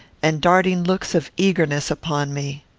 and darting looks of eagerness upon me.